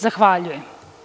Zahvaljujem.